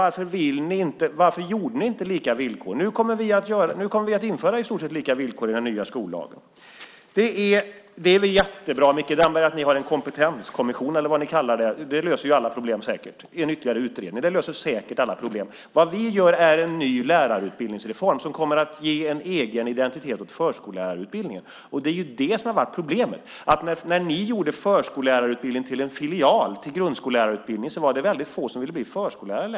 Varför gjorde ni inte lika villkor? Vi kommer att införa i stort sett lika villkor i den nya skollagen. Det är jättebra, Micke Damberg, att ni har en kompetenskommission eller vad ni kallar det. Ytterligare en utredning löser säkert alla problem. Vi gör en ny lärarutbildningsreform som kommer att ge en egen identitet åt förskollärarutbildningen. Problemet har varit att när ni gjorde förskollärarutbildningen till en filial till grundskollärarutbildningen var det väldigt få som ville bli förskollärare.